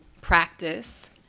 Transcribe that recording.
practice